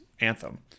Anthem